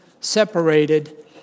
separated